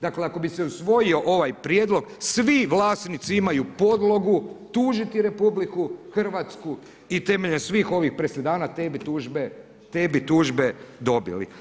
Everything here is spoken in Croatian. Dakle, ako bi se usvojio ovaj prijedlog, svi vlasnici imaju podlogu tužiti RH i temeljem svih ovih presedana te bi tužbe dobili.